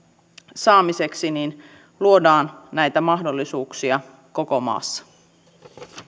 saamiseksi luodaan näitä mahdollisuuksia koko maassa